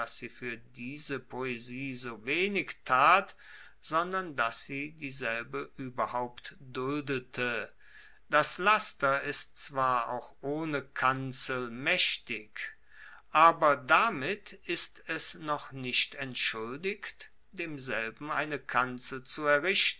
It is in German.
sie fuer diese poesie so wenig tat sondern dass sie dieselbe ueberhaupt duldete das laster ist zwar auch ohne kanzel maechtig aber damit ist es noch nicht entschuldigt demselben eine kanzel